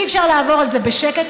אי-אפשר לעבור על זה בשקט,